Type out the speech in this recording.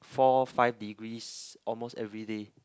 four five degrees almost everyday